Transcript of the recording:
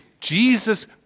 Jesus